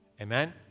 Amen